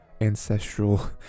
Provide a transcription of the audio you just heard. ancestral